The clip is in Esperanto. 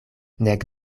nek